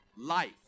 life